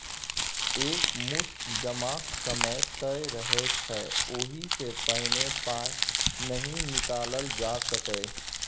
एक मुस्त जमाक समय तय रहय छै ओहि सँ पहिने पाइ नहि निकालल जा सकैए